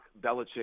Belichick